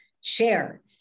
share